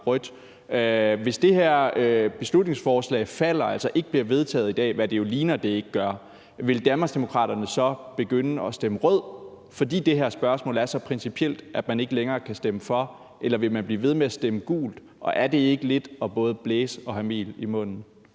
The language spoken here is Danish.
Hvis det her beslutningsforslag falder og altså ikke bliver vedtaget i dag, hvad det jo ligner det ikke gør, vil Danmarksdemokraterne så begynde at stemme rødt, fordi det her spørgsmål er så principielt, at man ikke længere kan stemme for, eller vil man blive ved med at stemme gult, og er det ikke lidt både at blæse og have mel i munden?